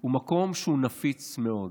הוא מקום נפיץ מאוד.